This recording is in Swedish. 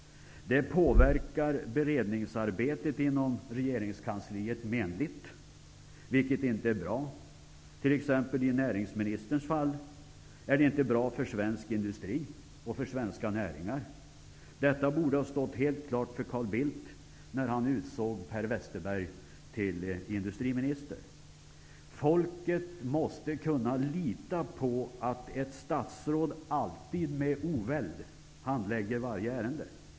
Det påverkar beredningsarbetet inom regeringskansliet menligt, vilket inte är bra; i näringsministerns fall t.ex. är det inte bra för svensk industri och svenska näringar. Detta borde ha stått klart för Carl Bildt när han utsåg Per Westerberg till industriminister. Folket måste kunna lita på att ett statsråd alltid med oväld handlägger varje ärende.